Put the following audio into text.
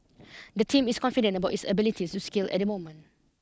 the team is confident about its ability to scale at the moment